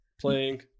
playing